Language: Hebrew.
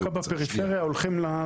דווקא בפריפריה הולכים לרשתות.